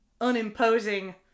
unimposing